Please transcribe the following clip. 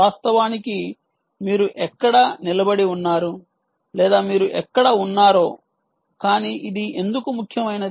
వాస్తవానికి మీరు ఎక్కడ నిలబడి ఉన్నారు లేదా మీరు ఎక్కడ ఉన్నారో కానీ ఇది ఎందుకు ముఖ్యమైనది